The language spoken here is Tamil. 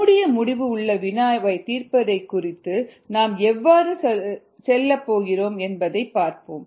மூடிய முடிவு உள்ள வினாவை தீர்ப்பது குறித்து நாம் எவ்வாறு செல்லப் போகிறோம் என்பதைப் பார்ப்போம்